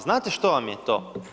Znate što vam je to?